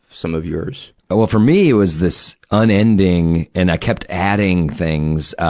some of yours. well, for me, it was this unending and i kept adding things, ah,